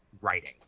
writing